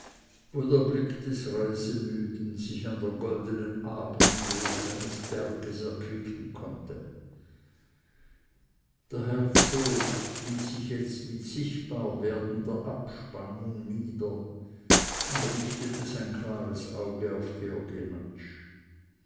wo der blick des reisemüden sich an der goldenen abendruhe seines berges erquicken konnte der herzog ließ sich mit jetzt sichtbar werdender abspannung nieder und richtete sein klares auge auf georg